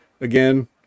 again